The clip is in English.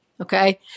okay